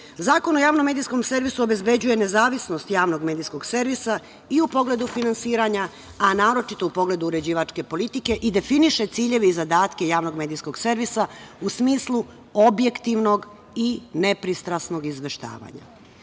o javnom medijskom servisu obezbeđuje nezavisnost javnog medijskog servisa, i u pogledu finansiranja, a naročito u pogledu uređivačke politike i definiše ciljeve i zadatke javnog medijskog servisa, u smislu objektivnog i nepristrasnog izveštavanja. Država